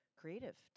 creative